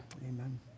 Amen